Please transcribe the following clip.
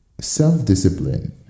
self-discipline